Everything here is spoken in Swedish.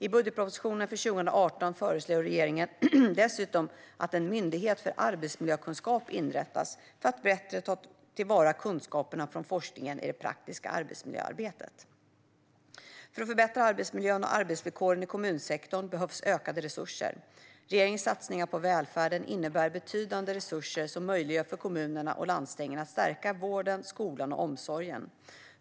I budgetpropositionen för 2018 föreslår regeringen dessutom att en myndighet för arbetsmiljökunskap inrättas för att bättre ta till vara kunskaperna från forskningen i det praktiska arbetsmiljöarbetet. För att förbättra arbetsmiljön och arbetsvillkoren i kommunsektorn behövs ökade resurser. Regeringens satsningar på välfärden innebär betydande resurser som möjliggör för kommunerna och landstingen att stärka vården, skolan och omsorgen.